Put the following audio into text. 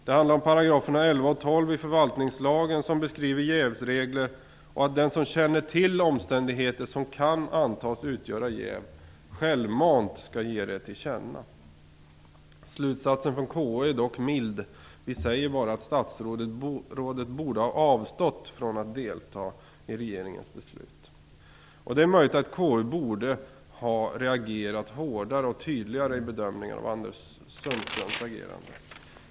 Det handlar om 11 och 12 §§ i förvaltningslagen som beskriver jävsregler och som säger att den som känner till omständigheter som kan antas utgöra jäv självmant skall ge det till känna. Slutsatsen från KU är dock mild. Vi säger bara att statsrådet borde ha avstått från att delta i regeringens beslut. Det är möjligt att KU borde ha reagerat hårdare och tydligare i bedömningen av Anders Sundströms agerande.